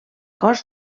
cos